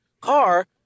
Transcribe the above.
car